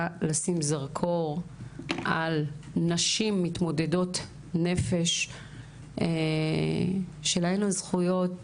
לשים זרקור על נשים מתמודדות נפש שלהן הזכויות,